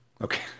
Okay